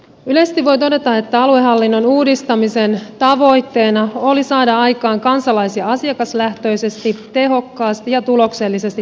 yleisesti voi todeta että aluehallinnon uudistamisen tavoitteena oli saada aikaan kansalais ja asiakaslähtöisesti tehokkaasti ja tuloksellisesti toimiva aluehallinto